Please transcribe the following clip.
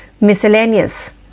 miscellaneous